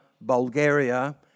Bulgaria